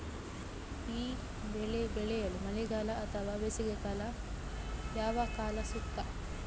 ಈ ಬೆಳೆ ಬೆಳೆಯಲು ಮಳೆಗಾಲ ಅಥವಾ ಬೇಸಿಗೆಕಾಲ ಯಾವ ಕಾಲ ಸೂಕ್ತ?